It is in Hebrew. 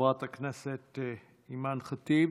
חברת הכנסת אימאן ח'טיב,